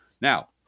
Now